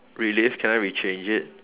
really can I rechange it